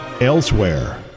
elsewhere